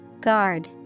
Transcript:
Guard